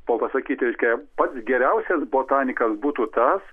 pa pasakyti reiškia pats geriausias botanikas būtų tas